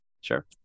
Sure